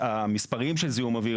המספרים של זיהום אוויר.